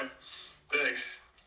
Thanks